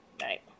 right